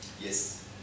Yes